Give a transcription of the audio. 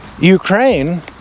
Ukraine